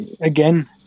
again